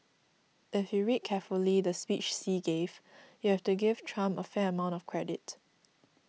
if you read carefully the speech Xi gave you have to give Trump a fair amount of credit